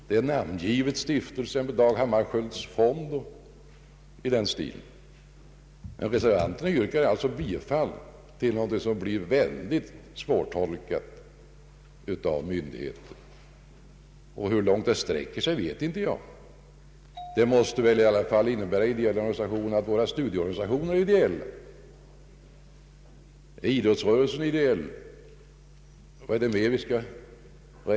Det är namngivet stiftelser, t.ex. Dag Hammarskjölds fond. Reservanterna yrkar bifall till något som blir mycket svårtolkat för myndigheterna. Jag vet faktiskt inte hur långt detta begrepp ideella organisationer sträcker sig enligt reservanternas mening. Studieorganisationerna måste väl anses vara ideella, liksom även idrottsrörelsen.